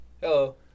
Hello